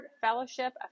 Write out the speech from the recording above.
fellowship